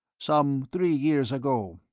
some three years ago,